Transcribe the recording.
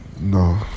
No